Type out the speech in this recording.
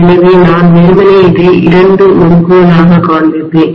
எனவே நான் வெறுமனே இதை இரண்டு முறுக்குகளாக காண்பிப்பேன்